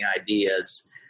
ideas